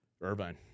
Irvine